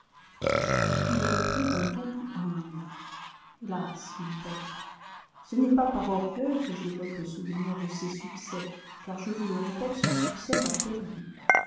il reprit d'un ton plus humble hélas mon père ce n'est pas par orgueil que j'évoque le souvenir de ces succès car je vous le répète ce succès m'a perdu